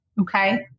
Okay